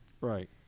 Right